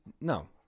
no